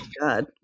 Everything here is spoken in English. God